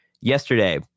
Yesterday